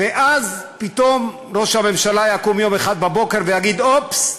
ואז פתאום ראש הממשלה יקום יום אחד בבוקר ויגיד: אופס,